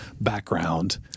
background